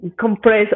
compress